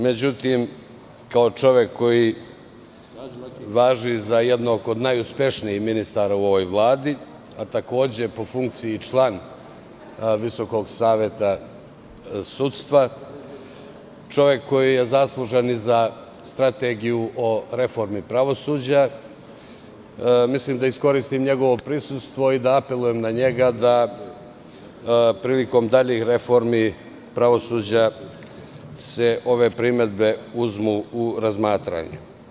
Međutim, kao čovek koji važi za jednog od najuspešnijih ministara u ovoj vladi, a takođe je po funkciji član Visokog saveta sudstva, čovek koji je zaslužan i za Strategiju o reformi pravosuđa, želim da iskoristim njegovo prisustvo i da apelujem na njega da se ove primedbe prilikom daljih reformi pravosuđa uzmu u razmatranje.